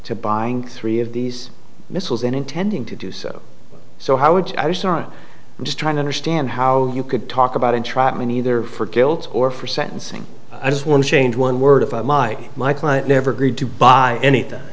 to buying three of these missiles and intending to do so so how would i start just trying to understand how you could talk about entrapment either for guilt or for sentencing i just want to change one word if i might my client never agreed to buy anything